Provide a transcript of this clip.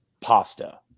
pasta